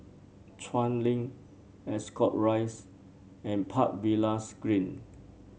Chuan Link Ascot Rise and Park Villas Green